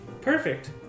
Perfect